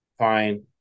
fine